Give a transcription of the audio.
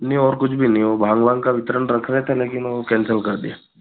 नहीं और कुछ भी नहीं वो भागवान का वितरण रख रहे थे लेकिन वो कैंसिल कर दिया